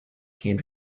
came